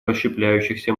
расщепляющихся